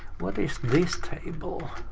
what is this table?